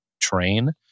train